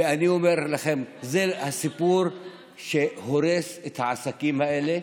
ואני אומר לכם, זה הסיפור שהורס את העסקים האלה,